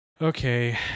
Okay